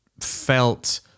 felt